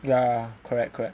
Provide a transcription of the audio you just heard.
ya correct correct